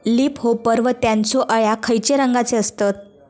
Leaf hopper व त्यानचो अळ्या खैचे रंगाचे असतत?